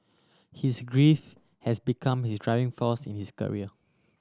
his griefs has become his driving force in his career